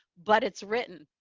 but it's written.